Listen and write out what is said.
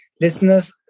listeners